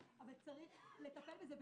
צריך לטפל בזה.